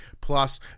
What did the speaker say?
plus